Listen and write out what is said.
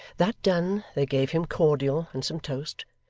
that done, they gave him cordial and some toast,